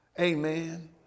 Amen